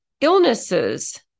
illnesses